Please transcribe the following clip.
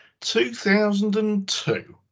2002